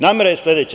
Namera je sledeća.